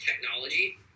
Technology